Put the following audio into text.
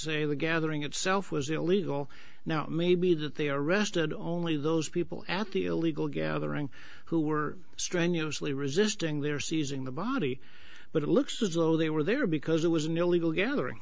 a gathering itself was illegal now it may be that they arrested only those people at the illegal gathering who were strenuously resisting they are seizing the body but it looks as though they were there because it was an illegal gathering